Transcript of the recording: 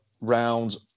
rounds